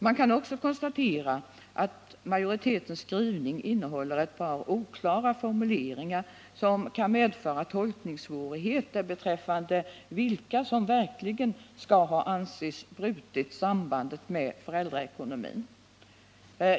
Man kan också konstatera att majoritetens skrivning innehåller ett par oklara formuleringar, som kan medföra tolkningssvårigheter beträffande vilka som verkligen skall anses ha brutit sambandet med föräldraekonomin.